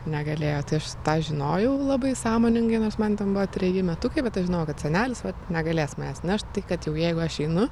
negalėjo tai aš tą žinojau labai sąmoningai nors man tebuvo treji metukai bet aš žinojau kad senelis negalės manęs nešt tai kad jau jeigu aš einu